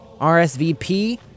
RSVP